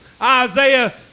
Isaiah